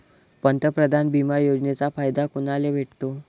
पंतप्रधान बिमा योजनेचा फायदा कुनाले भेटतो?